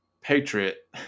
patriot